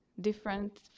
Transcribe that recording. different